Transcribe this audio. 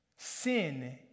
Sin